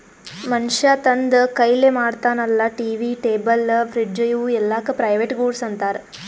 ಮನ್ಶ್ಯಾ ತಂದ್ ಕೈಲೆ ಮಾಡ್ತಾನ ಅಲ್ಲಾ ಟಿ.ವಿ, ಟೇಬಲ್, ಫ್ರಿಡ್ಜ್ ಇವೂ ಎಲ್ಲಾಕ್ ಪ್ರೈವೇಟ್ ಗೂಡ್ಸ್ ಅಂತಾರ್